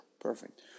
Perfect